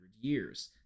years